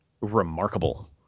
remarkable